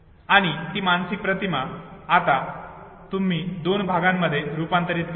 आणि ती मानसिक प्रतिमा आता तुम्ही दोन भागांमध्ये रूपांतरित करतात